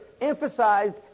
emphasized